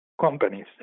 Companies